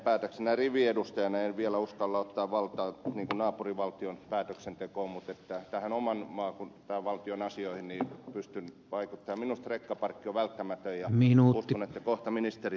näin riviedustajana en vielä uskalla ottaa valtaa naapurivaltion päätöksentekoon mutta oman valtion asioihin ei pystynyt vaikuttaminen rekkaparkki välttämättä ja mihin unohtuneet pystyn vaikuttamaan